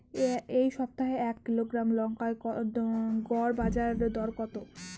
এই সপ্তাহে এক কিলোগ্রাম লঙ্কার গড় বাজার দর কত?